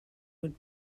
would